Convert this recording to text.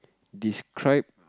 describe